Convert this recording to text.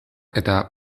eta